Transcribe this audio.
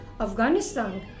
Afghanistan